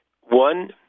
One